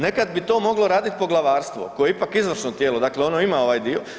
Nekad bi to moglo radit poglavarstvo koje je ipak izvrsno tijelo, dakle ono ima ovaj dio.